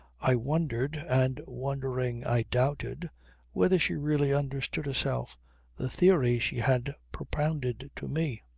i wondered and wondering i doubted whether she really understood herself the theory she had propounded to me.